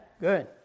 Good